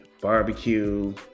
barbecue